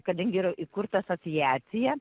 kadangi yra įkurta asociacija